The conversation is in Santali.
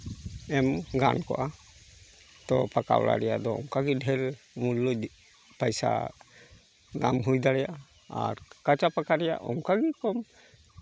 ᱮᱢ ᱜᱟᱱ ᱠᱚᱜᱼᱟ ᱛᱳ ᱯᱟᱠᱟ ᱚᱲᱟᱜ ᱨᱮᱭᱟᱜ ᱫᱚ ᱚᱱᱠᱟᱜᱮ ᱰᱷᱮᱨ ᱢᱩᱞᱞᱚ ᱯᱚᱭᱥᱟ ᱫᱟᱢ ᱦᱩᱭ ᱫᱟᱲᱮᱭᱟᱜᱼᱟ ᱟᱨ ᱠᱟᱸᱪᱟ ᱯᱟᱸᱠᱟ ᱨᱮᱭᱟᱜ ᱚᱱᱠᱟ ᱨᱚᱠᱚᱢ